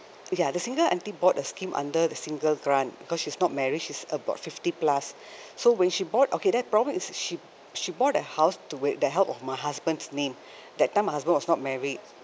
ya the single auntie bought a scheme under the single grant because she's not married she's about fifty plus so when she bought okay that problem is she she bought a house to with the help of my husband's name that time my husband was not married